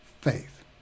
faith